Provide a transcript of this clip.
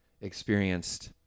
experienced